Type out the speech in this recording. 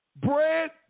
Bread